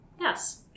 Yes